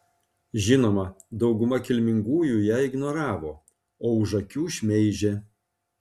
žinoma dauguma kilmingųjų ją ignoravo o už akių šmeižė